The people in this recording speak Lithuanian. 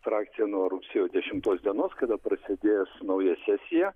frakciją nuo rugsėjo dešimtos dienos kada prasidės nauja sesija